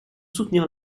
soutenir